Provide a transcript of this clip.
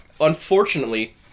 unfortunately